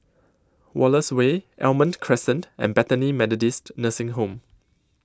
Wallace Way Almond Crescent and Bethany Methodist Nursing Home